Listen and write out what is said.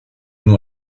nur